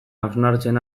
hausnartzen